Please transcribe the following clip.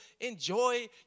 enjoy